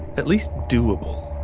at least doable,